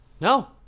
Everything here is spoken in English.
No